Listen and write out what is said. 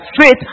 faith